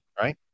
right